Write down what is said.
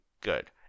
Good